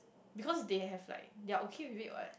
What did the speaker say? because they have like they're okay with it what